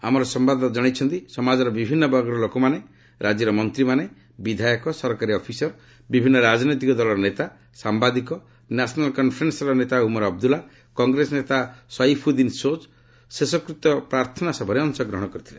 ଆମ ସମ୍ଭାଦଦାତା ଜଣାଇଛନ୍ତି ସମାଜର ବିଭିନ୍ନ ବର୍ଗର ଲୋକମାନେ ରାଜ୍ୟର ମନ୍ତ୍ରୀମାନେ ବିଧାୟକ ସରକାରୀ ଅଫିସର ବିଭିନ୍ନ ରାଜନୈତିକ ଦଳର ନେତା ସାମ୍ଘାଦିକ ନ୍ୟାସନାଲ୍ କନ୍ଫରେନ୍ସର ନେତା ଉମର ଅବଦୁଲ୍ଲା କଗ୍ରେସ ନେତା ସୈଫୁଦ୍ଦିନ ସୋଜ୍ ଶେଷକୃତ୍ୟ ପ୍ରାର୍ଥନା ସଭାରେ ଅଂଶଗ୍ରହଣ କରିଥିଲେ